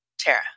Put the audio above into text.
Tara